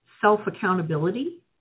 self-accountability